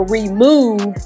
remove